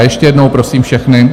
Ještě jednou, prosím všechny...